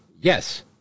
yes